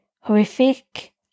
horrific